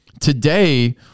Today